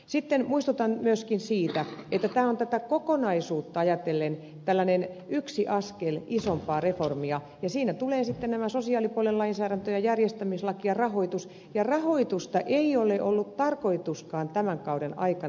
sitten muistutan myöskin siitä että tämä on tätä kokonaisuutta ajatellen yksi askel isompaa reformia ja siinä tulevat sitten nämä sosiaalipuolen lainsäädäntö ja järjestämislaki ja rahoitus ja rahoitusta ei ole ollut tarkoituskaan ratkaista tämän kauden aikana